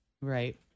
Right